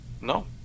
No